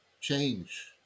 change